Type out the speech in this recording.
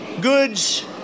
goods